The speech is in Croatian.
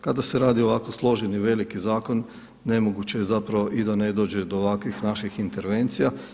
Kada se rad ovako složeni veliki zakon nemoguće je zapravo i da ne dođe do ovakvih naših intervencija.